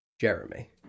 Jeremy